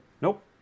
nope